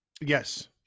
Yes